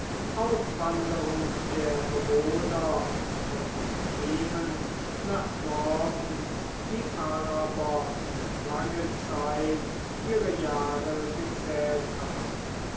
auswanderung der bewohner von jemen nach norden die araber lange zeit ihre jahre gezählt haben